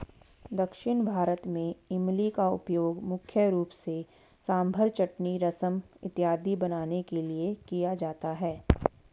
दक्षिण भारत में इमली का उपयोग मुख्य रूप से सांभर चटनी रसम इत्यादि बनाने के लिए किया जाता है